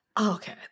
Okay